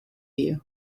you